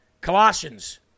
Colossians